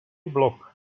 blok